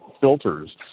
filters